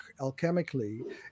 alchemically